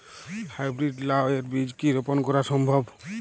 High breed লাও এর বীজ কি রোপন করা সম্ভব?